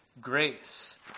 grace